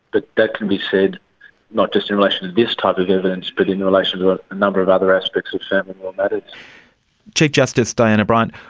but that can be said not just in relation to this type of evidence but in relation to a number of other aspects of family law matters. chief justice diana bryant,